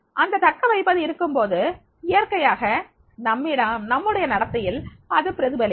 அந்த தக்கவைப்பது இருக்கும்போது இயற்கையாக நம்முடைய நடத்தையில் அது பிரதிபலிக்கும்